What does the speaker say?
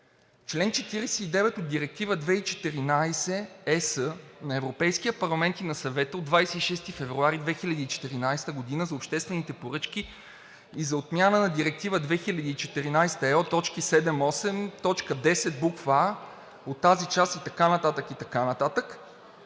„Чл. 49 от Директива 2014/ЕС на Европейския парламент и на Съвета от 26 февруари 2014 г. за обществените поръчки и за отмяна на Директива 2014/ЕО 78.10 буква „а“ от тази част“ и така нататък, и така нататък